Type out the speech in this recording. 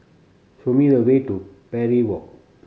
show me the way to Parry Walk